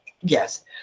Yes